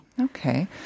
Okay